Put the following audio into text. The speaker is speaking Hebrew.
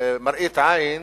מראית עין